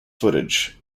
footage